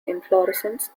inflorescence